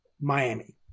Miami